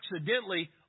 accidentally